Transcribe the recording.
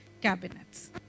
cabinets